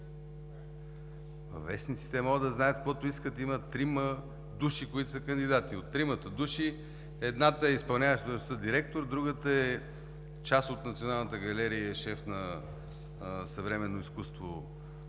Вестниците могат да знаят каквото искат. Има трима души, които са кандидати, от тримата души едната е изпълняваща длъжността „Директор“, другата е част от Националната галерия и е шеф на „Съвременно изкуство“